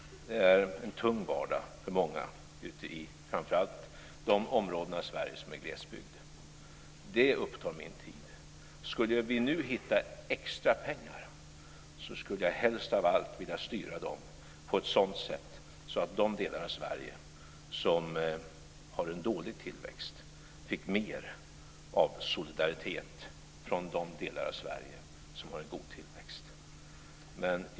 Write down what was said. Det är en tung vardag för många framför allt ute i de områden i Sverige som är glesbygd. Det upptar min tid. Skulle vi nu hitta extra pengar skulle jag helst av allt vilja styra dem på ett sådant sätt att de delar av Sverige som har en dålig tillväxt fick mer av solidaritet från de delar av Sverige som har en god tillväxt.